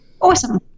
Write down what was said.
Awesome